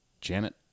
Janet